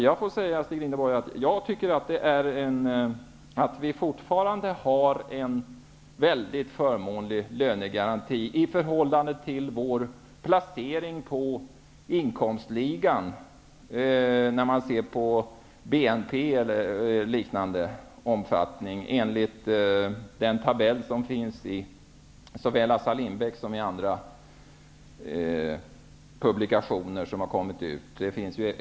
Jag tycker att vi fortfarande har en väldigt förmånlig lönegaranti i förhållande till vår placering i inkomstligan -- om vi ser till BNP och liknande -- enligt den tabell som finns i såväl Assar Lindbecks som andra publikationer.